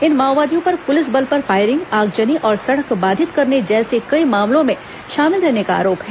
इन माओवादियों पर पुलिस बल पर फायरिंग आगजनी और सड़क बाधित करने जैसे कई मामलों में शामिल रहने का आरोप है